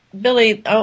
Billy